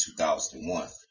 2001